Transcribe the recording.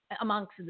amongst